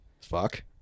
Fuck